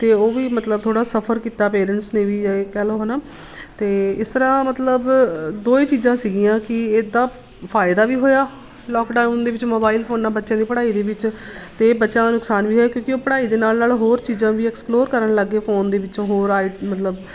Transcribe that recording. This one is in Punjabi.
ਅਤੇ ਉਹ ਵੀ ਮਤਲਬ ਥੋੜ੍ਹਾ ਸਫਰ ਕੀਤਾ ਪੇਰੈਂਟਸ ਨੇ ਵੀ ਇਹ ਕਹਿ ਲਓ ਹੈ ਨਾ ਅਤੇ ਇਸ ਤਰਾਂ ਮਤਲਬ ਦੋ ਹੀ ਚੀਜ਼ਾਂ ਸੀਗੀਆਂ ਕਿ ਇੱਦਾਂ ਫਾਇਦਾ ਵੀ ਹੋਇਆ ਲਾਕਡਾਊਨ ਦੇ ਵਿੱਚ ਮੋਬਾਈਲ ਫੋਨ ਨਾਲ ਬੱਚਿਆਂ ਦੀ ਪੜ੍ਹਾਈ ਦੇ ਵਿੱਚ ਅਤੇ ਬੱਚਿਆਂ ਦਾ ਨੁਕਸਾਨ ਵੀ ਹੋਇਆ ਕਿਉਂਕਿ ਉਹ ਪੜ੍ਹਾਈ ਦੇ ਨਾਲ ਨਾਲ ਹੋਰ ਚੀਜ਼ਾਂ ਵੀ ਐਕਸਪਲੋਰ ਕਰਨ ਲੱਗ ਗਏ ਫੋਨ ਦੇ ਵਿੱਚੋਂ ਹੋਰ ਆਈ ਮਤਲਬ